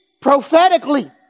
prophetically